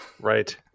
Right